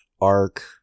arc